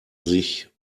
sich